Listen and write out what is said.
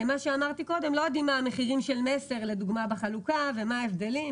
אנחנו לא יודעים מה המחירים של מסר לדוגמה בחלוקה ומה ההבדלים,